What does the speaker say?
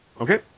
Okay